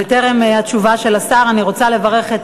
וטרם התשובה של השר אני רוצה לברך את